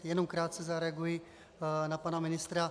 Jenom krátce zareaguji na pana ministra.